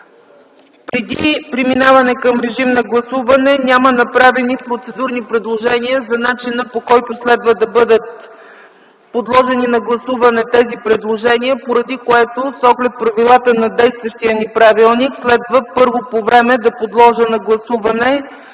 Преди преминаване към режим на гласуване – няма направени процедурни предложения за начина, по който следва да бъдат подложени на гласуване тези предложения. Поради това с оглед правилата на действащия правилник, първо следва да подложа на гласуване